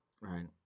Right